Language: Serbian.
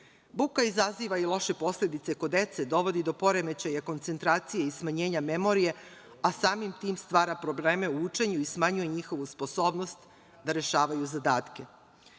Buka izaziva i loše posledice kod dece, dovodi do poremećaja koncentracije i smanjenja memorije, a samim tim stvara probleme u učenju i smanjuje njihovu sposobnost da rešavaju